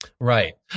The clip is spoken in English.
Right